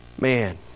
Man